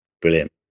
Brilliant